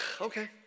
okay